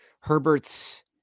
Herbert's